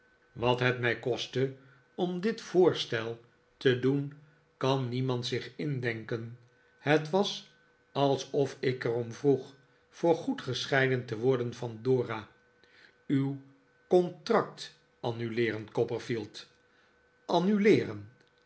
wat het mij kostte om dit voorstel te doen kan niemand zich indenken het was alsof ik er om vroeg voor goed gescheiden te worden van dora uw contract te annuleeren copperfield annuleeren